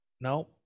no